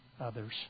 others